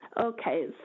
Okay